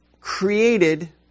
created